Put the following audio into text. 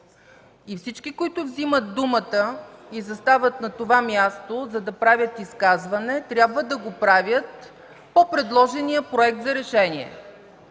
И всички, които взимат думата и застават на това място, за да правят изказване, трябва да го правят по предложения проект за решение.